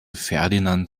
ferdinand